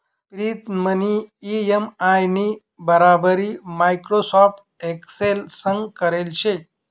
प्रीतमनी इ.एम.आय नी बराबरी माइक्रोसॉफ्ट एक्सेल संग करेल शे